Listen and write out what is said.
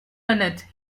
minute